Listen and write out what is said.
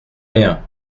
rien